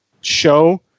show